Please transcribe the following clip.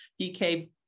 PK